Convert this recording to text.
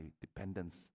dependence